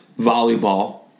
volleyball